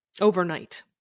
overnight